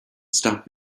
stop